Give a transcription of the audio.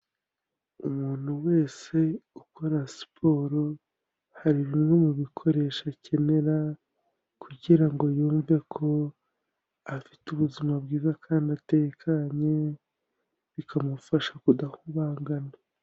uUmuntu wese ukora siporo hari bimwe mu bikoresho akenera kugira ngo yumve ko afite ubuzima bwiza kandi atekanye bikamufasha kudahumangana.